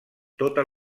tota